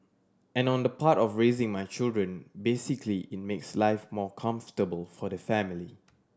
and on the part of raising my children basically it makes life more comfortable for the family